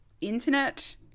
internet